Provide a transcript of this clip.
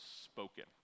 spoken